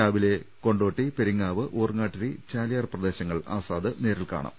രാവിലെ കൊണ്ടോട്ടി പെരിങ്ങാ വ് ഊർങ്ങാട്ടിരി ചാലിയാർ പ്രദേശങ്ങൾ ആസാദ് നേരിൽകാണും